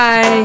Bye